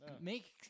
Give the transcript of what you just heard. make